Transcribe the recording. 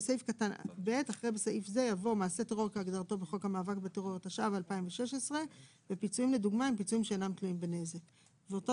כדי לגרוע מהזכות לגבות פיצויים לדוגמה, נוסף